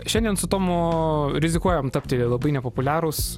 šiandien su tomu rizikuojam tapti labai nepopuliarūs